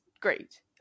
great